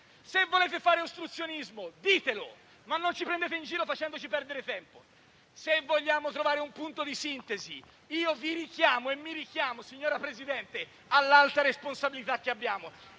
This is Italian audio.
Se volete fare ostruzionismo, ditelo, ma non ci prendete in giro facendoci perdere tempo. Se vogliamo trovare un punto di sintesi, io vi richiamo e mi richiamo, signor Presidente, all'alta responsabilità che abbiamo,